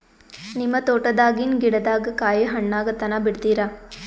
ನಿಮ್ಮ ತೋಟದಾಗಿನ್ ಗಿಡದಾಗ ಕಾಯಿ ಹಣ್ಣಾಗ ತನಾ ಬಿಡತೀರ?